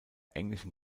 englischen